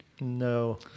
No